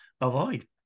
avoid